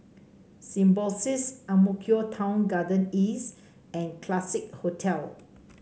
Symbiosis Ang Mo Kio Town Garden East and Classique Hotel